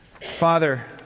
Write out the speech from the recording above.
Father